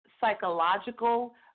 psychological